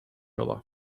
other